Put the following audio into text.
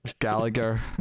Gallagher